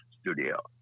studio